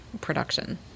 production